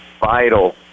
vital